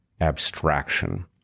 abstraction